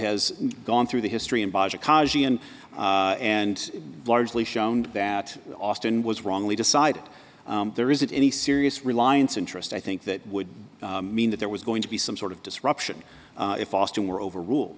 has gone through the history and ecology and and largely shown that austin was wrongly decided there isn't any serious reliance interest i think that would mean that there was going to be some sort of disruption if austin were over rule